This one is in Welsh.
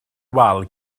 wal